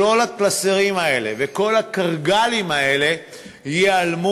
כל הקלסרים האלה וכל הקרגלים האלה ייעלמו